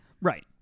Right